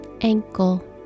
ankle